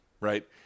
right